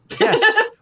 Yes